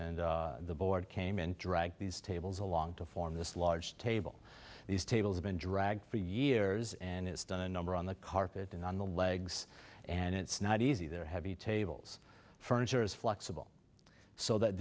and the board came and drag these tables along to form this large table these tables have been drag for years and it's done a number on the carpet and on the legs and it's not easy they're heavy tables furniture is flexible so that